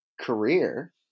career